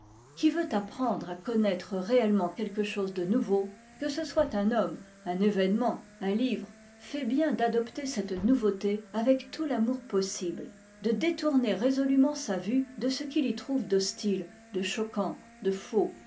qui veut apprendre à connaître réellement quelque chose de nouveau que ce soit un homme un événement un livre fait bien d'adopter cette nouveauté avec tout l'amour possible de détourner résolument sa vue de ce qu'il y trouve d'hostile de choquant de faux